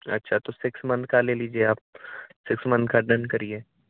अच्छा तो six month का ले लीजिए आप सिक्स मंथ का डन करिए